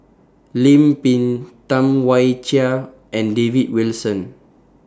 Lim Pin Tam Wai Jia and David Wilson